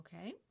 Okay